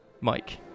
Mike